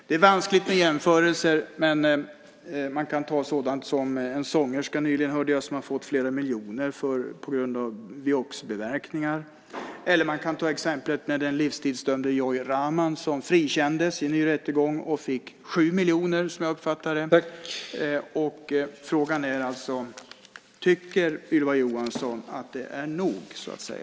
Det är vanskligt med jämförelser men man kan ta sådant som en sångerska som, hörde jag, nyligen har fått flera miljoner på grund av vioxx-biverkningar. Eller så kan man ta exemplet med den livstidsdömde Joy Rahman, som frikändes i en ny rättegång och fick 7 miljoner, som jag uppfattade det. Frågan är alltså: Tycker Ylva Johansson att det är nog?